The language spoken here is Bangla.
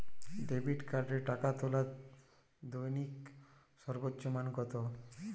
ডেবিট কার্ডে টাকা তোলার দৈনিক সর্বোচ্চ মান কতো?